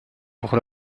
pour